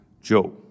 Joe